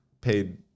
paid